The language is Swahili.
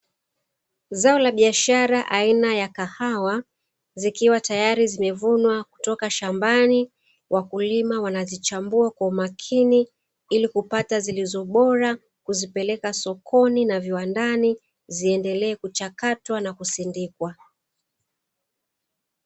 Zao la biashara aina ya kahawa zikiwa tayari zimevunwa kutoka shambani, wakulima wanazichambua kwa umakini ili kupata zilizo bora kuzipeleka sokoni na viwandani ziendelee kuchakatwa na kusindikwa.